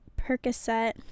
Percocet